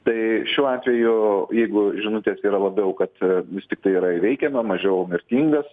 tai šiuo atveju jeigu žinutės yra labiau kad vis tiktai yra įveikiama mažiau mirtingas